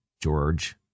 George